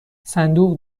صندوق